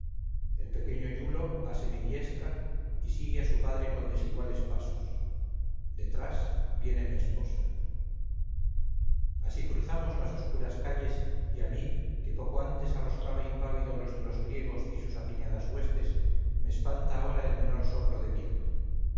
el pequeño iulo ase mi diestra y sigue a su padre con desiguales pasos detrás viene mi esposa así cruzamos las oscuras calles y a mí que poco antes arrostraba impávido los de los griegos y sus apiñadas huestes me espanta ahora el menor soplo de viento